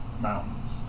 mountains